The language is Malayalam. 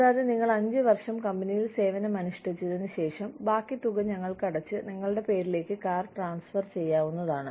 കൂടാതെ നിങ്ങൾ അഞ്ച് വർഷം കമ്പനിയിൽ സേവനമനുഷ്ഠിച്ചതിന് ശേഷം ബാക്കി തുക ഞങ്ങൾക്ക് അടച്ച് നിങ്ങളുടെ പേരിലേക്ക് കാർ ട്രാൻസ്ഫർ ചെയ്യാവുന്നതാണ്